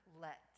let